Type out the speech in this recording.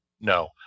No